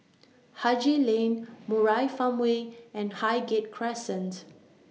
Haji Lane Murai Farmway and Highgate Crescent